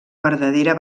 verdadera